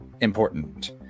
important